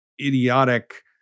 idiotic